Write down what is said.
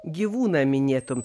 gyvūną minėtum